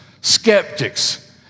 skeptics